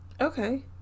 Okay